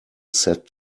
set